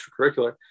extracurricular